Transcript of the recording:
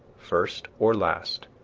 first or last,